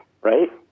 right